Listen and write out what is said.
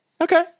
okay